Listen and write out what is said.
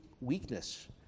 weakness